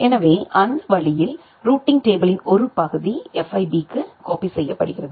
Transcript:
எனவே அந்த வழியில் ரூட்டிங் டேபிளின் ஒரு பகுதி FIB க்கு காப்பி செய்யப்படுகிறது